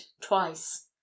twice